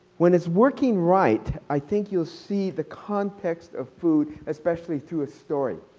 when it is working right, i think you will see the context of food, especially through a story.